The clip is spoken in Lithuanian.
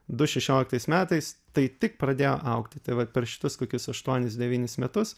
du šešioliktais metais tai tik pradėjo augti tai vat per šitus kokius aštuonis devynis metus